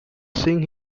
seeing